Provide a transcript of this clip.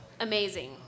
amazing